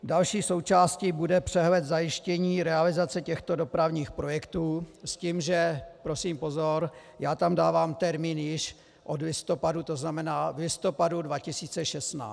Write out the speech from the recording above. Další součástí bude přehled zajištění realizace těchto dopravních projektů, s tím, že prosím pozor, já tam dávám termín již od listopadu, tzn. v listopadu 2016.